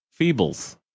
Feebles